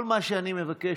כל מה שאני מבקש,